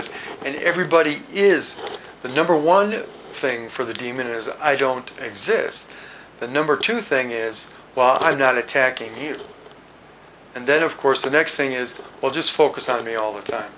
that and everybody is the number one thing for the demon is i don't exist the number two thing is while i'm not attacking you and then of course the next thing is well just focus on me all the time